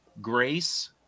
grace